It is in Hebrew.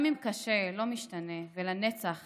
// גם אם קשה לא משתנה / ולנצח